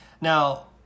Now